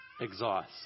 exhaust